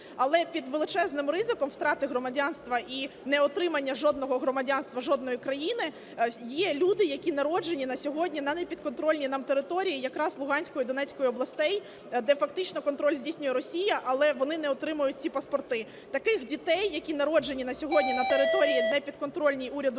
але під величезним ризиком втрати громадянства і неотримання жодного громадянства жодної країни є люди, які народжені на сьогодні на непідконтрольній нам території якраз Луганської, Донецької областей, де фактично контроль здійснює Росія, але вони не отримують ці паспорти. Таких дітей, які народжені на сьогодні на території, непідконтрольній уряду